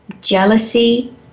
jealousy